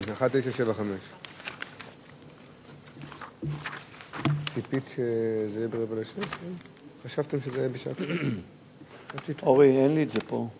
כן, 1975. אורי, אין לי את זה פה.